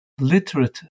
literate